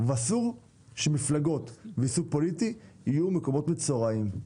אסור שמפלגות עם ייצוג פוליטי יהיו מקומות מצורעים.